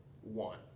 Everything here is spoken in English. One